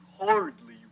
hardly